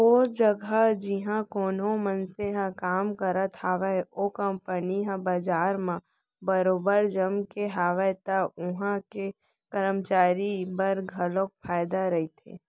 ओ जघा जिहाँ कोनो मनसे ह काम करत हावय ओ कंपनी ह बजार म बरोबर जमगे हावय त उहां के करमचारी बर घलोक फायदा रहिथे